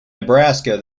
nebraska